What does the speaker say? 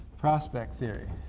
prospect theory.